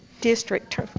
district